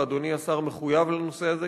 ואדוני השר מחויב לנושא הזה,